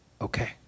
okay